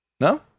No